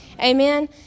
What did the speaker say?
Amen